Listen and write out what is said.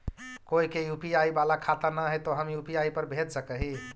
कोय के यु.पी.आई बाला खाता न है तो हम यु.पी.आई पर भेज सक ही?